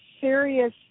serious